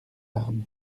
armes